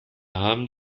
haben